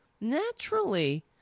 naturally